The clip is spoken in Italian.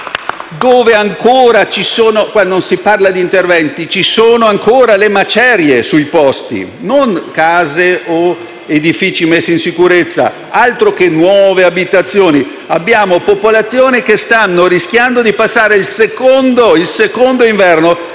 sono ancora le macerie, non case o edifici messi in sicurezza. Altro che nuove abitazioni, abbiamo popolazioni che stanno rischiando di passare il secondo inverno